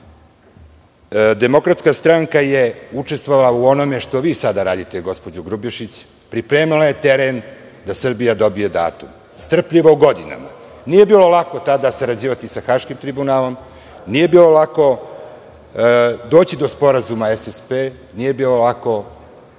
se sada ispituju, DS je učestvovala u onome što vi sada radite, gospođo Grubješić – pripremala je teren da Srbija dobije datum, strpljivo i godinama. Nije joj bilo lako tada sarađivati sa Haškim tribunalom, nije bilo lako doći do sporazuma SSP, nije bilo lako